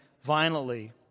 violently